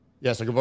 Yes